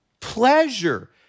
pleasure